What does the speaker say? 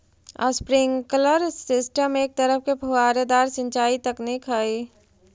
sprinkler system एक तरह के फुहारेदार सिंचाई तकनीक हइ